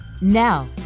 Now